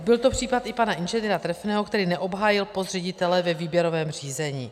Byl to případ i pana Ing. Trefného, který neobhájil post ředitele ve výběrovém řízení.